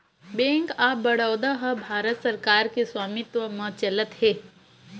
bank of Baroda ह भारत सरकार के स्वामित्व म चलत हे